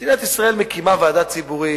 מדינת ישראל מקימה ועדה ציבורית,